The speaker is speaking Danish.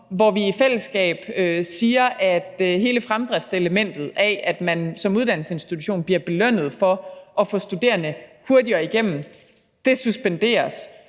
hvor vi i fællesskab siger, at hele fremdriftselementet, hvor man som uddannelsesinstitution bliver belønnet for at få studerende hurtigere igennem, suspenderes.